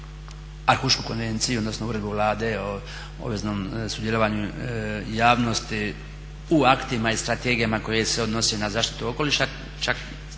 konvenciju, odnosno Uredbu Vlade o obveznom sudjelovanju javnosti u aktima i strategijama koje se odnose na zaštitu okoliša. Čak